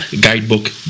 guidebook